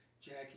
jackie